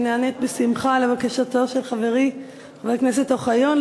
אני נענית בשמחה לבקשתו של חברי חבר הכנסת אוחיון,